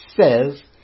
says